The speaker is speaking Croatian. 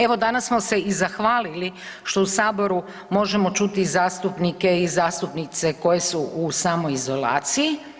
Evo, danas smo se i zahvaliti što u saboru možemo čuti zastupnike i zastupnice koji su u samoizolaciji.